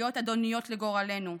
להיות אדוניות לגורלנו,